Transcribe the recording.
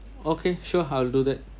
okay sure I will do that